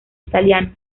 italiano